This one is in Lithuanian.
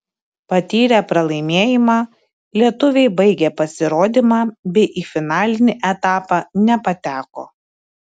patyrę pralaimėjimą lietuviai baigė pasirodymą bei į finalinį etapą nepateko